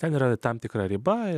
negrą tam tikra riba